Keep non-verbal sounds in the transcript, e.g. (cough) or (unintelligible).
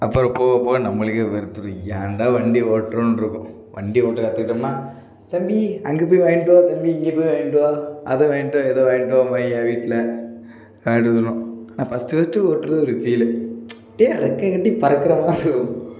அப்புறம் போகப் போக நம்மளுக்கே வெறுத்துடும் ஏண்டா வண்டி ஓட்றோம்ன்ருக்கும் வண்டி ஓட்டக் கத்துக்கிட்டோம்னா தம்பி அங்கே போய் வாங்கிட்டு வா தம்பி இங்கே போய் வாங்கிட்டு வா அதை வாங்கிட்டு வா இதை வாங்கிட்டு வாம்பாங்க வீட்டில் (unintelligible) ஆனால் ஃபஸ்ட்டு ஃபஸ்ட்டு ஓட்டுறது ஒரு ஃபீலு அப்படியே றெக்கை கட்டி பறக்கிற மாதிரி ஒரு